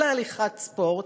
או להליכת ספורט,